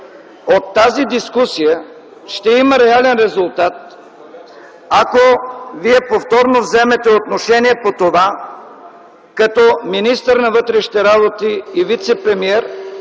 От тази дискусия ще има реален резултат, ако Вие повторно вземете отношение по това като министър на вътрешните работи и вицепремиер